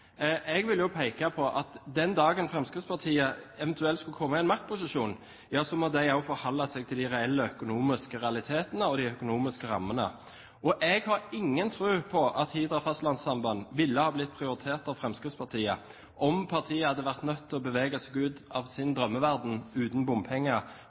Jeg vil peke på at den dagen Fremskrittspartiet eventuelt skulle komme i maktposisjon, må også de forholde seg til de reelle økonomiske realitetene og de økonomiske rammene. Jeg har ingen tro på at Hidra fastlandssamband ville ha blitt prioritert av Fremskrittspartiet om partiet hadde vært nødt til å bevege seg ut av sin drømmeverden uten bompenger